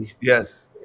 yes